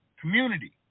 Community